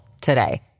today